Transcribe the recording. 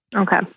Okay